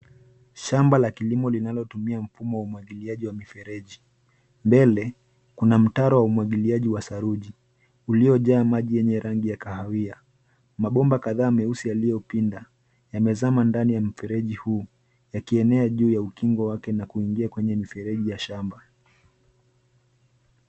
Shamba la kilimo linalotumia mfumo wa umwagiliaji wa mifereji. Mbele kuna mtaro wa umwagiliaji wa saruji uliojaa maji yenye rangi ya kahawia. Mabomba kadhaa meusi yaliyopinda yamezama ndani ya mfereji huu yakienea juu ya ukingo wake na kuingia kwenye mifereji ya shamba.